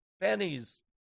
pennies